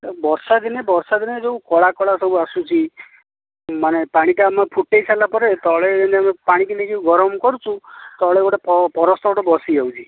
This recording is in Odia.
ତ ବର୍ଷା ଦିନେ ବର୍ଷା ଦିନେ ଯେଉଁ କଳା କଳା ସବୁ ଆସୁଛି ମାନେ ପାଣିଟା ଆମେ ଫୁଟେଇ ସାରିଲାପରେ ତଳେ ଯେମିତି ଆମେ ପାଣିକି ନେଇକି ଗରମ କରୁଛୁ ତଳେ ଗୋଟେ ପରସ୍ତ ଗୋଟେ ବସିଯାଉଛି